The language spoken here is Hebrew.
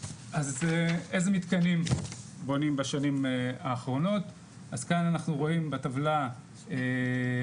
אז איזה מתקנים בונים בשנים האחרונות אז כאן אנחנו רואים בטבלה הקצבות